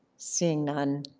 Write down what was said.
seeing none,